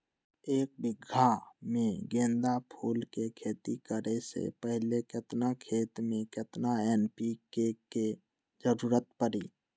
एक बीघा में गेंदा फूल के खेती करे से पहले केतना खेत में केतना एन.पी.के के जरूरत परी?